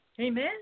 Amen